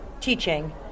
teaching